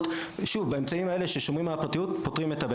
אנחנו מציעים מנגנון פשוט של הודעה